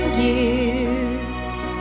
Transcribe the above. years